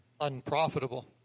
unprofitable